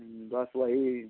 बस वही